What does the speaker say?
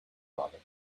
father